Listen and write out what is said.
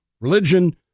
religion